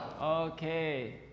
Okay